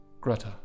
Greta